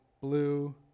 blue